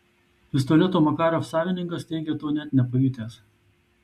pistoleto makarov savininkas teigia to net nepajutęs